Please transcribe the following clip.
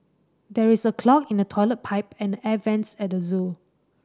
there is a clog in the toilet pipe and air vents at the zoo